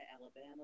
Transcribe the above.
Alabama